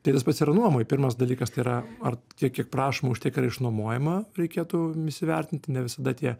tai tas pats yra nuomoj pirmas dalykas tai yra ar tiek kiek prašoma už tiek yra išnuomojama reikėtų įsivertinti ne visada tie